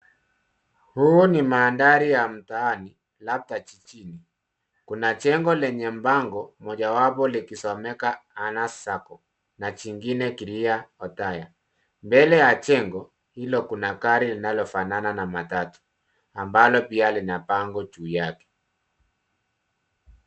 Huu ni mandhari ya mtaani, labda jijini. Kuna jengo lenye bango mojawapo likisomeka Annas Sacco na jingine Kiria Othaya. Mbele ya jengo hilo kuna gari linalofanana na matatu ambalo pia lina bango juu yake.